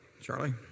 Charlie